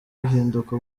ruhinduka